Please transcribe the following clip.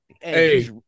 Hey